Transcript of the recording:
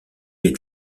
est